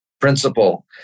principle